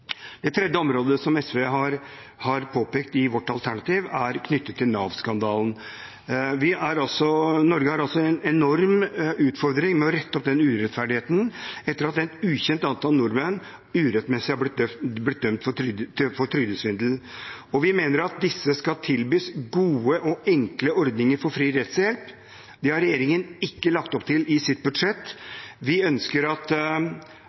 Det tredje området som SV har påpekt i vårt alternativ, er knyttet til Nav-skandalen. Norge har en enorm utfordring med å rette opp urettferdigheten etter at et ukjent antall nordmenn urettmessig har blitt dømt for trygdesvindel. Vi mener at disse skal tilbys gode og enkle ordninger for fri rettshjelp. Det har regjeringen ikke lagt opp til i sitt budsjett. Vi ønsker at